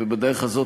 ובדרך הזאת,